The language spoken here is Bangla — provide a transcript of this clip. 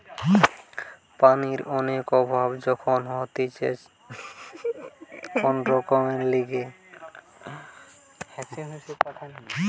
পানির অনেক অভাব যখন হতিছে কোন কারণের লিগে